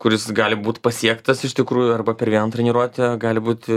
kuris gali būt pasiektas iš tikrųjų arba per vieną treniruotę gali būti